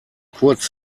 kurz